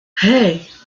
hey